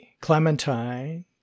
Clementine